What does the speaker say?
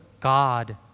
God